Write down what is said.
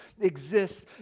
exists